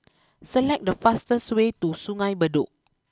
select the fastest way to Sungei Bedok